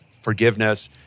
forgiveness